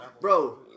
Bro